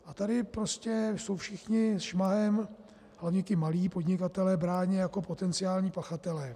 A tady prostě jsou všichni šmahem, hlavně ti malí podnikatelé, bráni jako potenciální pachatelé.